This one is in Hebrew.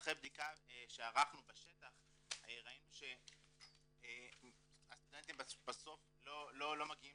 אחרי בדיקה שערכנו בשטח ראינו שהסטודנטים בסוף לא מגיעים